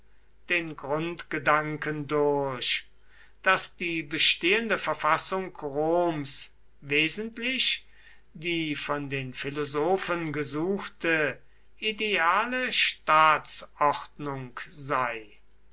den grundgedanken durch daß die bestehende verfassung roms wesentlich die von den philosophen gesuchte ideale staatsordnung sei